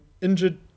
injured